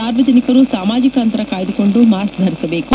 ಸಾರ್ವಜನಿಕರು ಸಾಮಾಜಿಕ ಅಂತರ ಕಾಯ್ದುಕೊಂಡು ಮಾಸ್ತ್ ಧರಿಸಬೇಕು